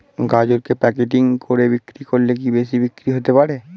গাজরকে প্যাকেটিং করে বিক্রি করলে কি বেশি বিক্রি হতে পারে?